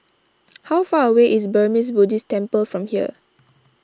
how far away is Burmese Buddhist Temple from here